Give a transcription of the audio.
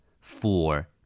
four